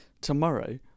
tomorrow